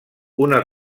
una